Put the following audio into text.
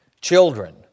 Children